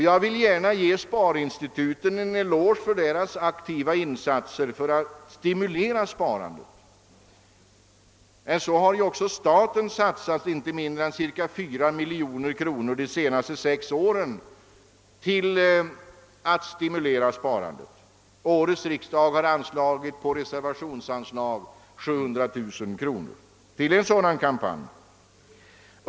Jag vill ge sparinstituten en eloge för deras aktiva insatser för att stimulera sparandet. Staten har emellertid satsat inte mindre än cirka 4 miljoner kronor de senaste sex åren för att stimulera sparandet. Årets riksdag har anslagit ett reservationsanslag på 700000 kronor till en sådan kampanj.